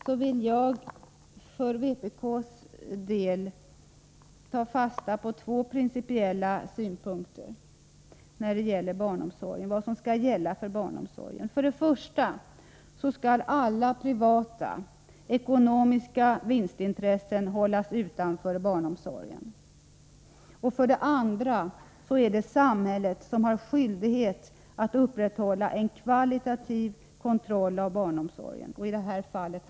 Jag vill då för vpk:s räkning deklarera två principiella synpunkter på vad som skall gälla för barnomsorgen. För det första skall alla privata, ekonomiska vinstintressen hållas utanför barnomsorgen. För det andra har samhället — i det här fallet kommunerna — skyldighet att upprätthålla en kvalitativ kontroll av barnomsorgen.